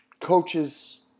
coaches